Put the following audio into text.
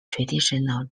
traditional